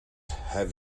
have